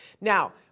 Now